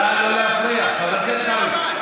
נא לא להפריע, חבר הכנסת קרעי.